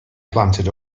planted